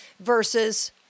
versus